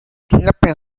klappe